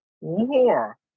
war